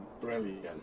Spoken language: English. brilliant